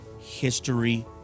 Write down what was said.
History